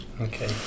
Okay